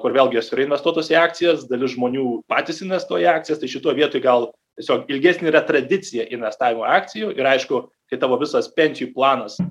kur vėlgi jos yra investuotos į akcijas dalis žmonių patys investuoja į akcijas tai šitoj vietoj gal tiesiog ilgesnė yra tradicija investavimo akcijų ir aišku kai tavo visas pensijų planas